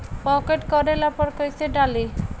Pocket करेला पर कैसे डाली?